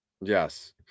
Yes